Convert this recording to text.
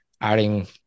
adding